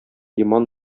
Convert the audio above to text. иман